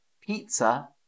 pizza